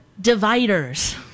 dividers